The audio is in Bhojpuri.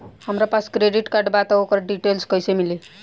हमरा पास क्रेडिट कार्ड बा त ओकर डिटेल्स कइसे मिली?